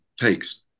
takes